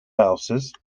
louses